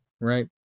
right